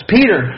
Peter